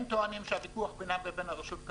הם טוענים שהוויכוח בינם ובין הרשות,